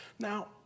Now